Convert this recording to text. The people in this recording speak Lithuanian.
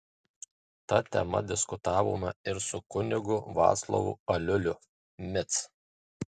ta tema diskutavome ir su kunigu vaclovu aliuliu mic